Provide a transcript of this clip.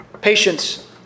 Patience